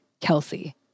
Kelsey